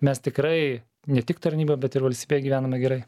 mes tikrai ne tik tarnyboj bet ir valstybėje gyvename gerai